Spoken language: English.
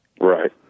right